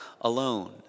alone